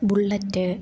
bullet